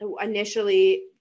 initially